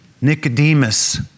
Nicodemus